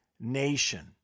nation